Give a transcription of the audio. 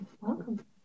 Welcome